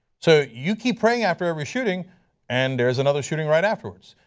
so you keep praying after every shooting and there is another shooting right afterwards.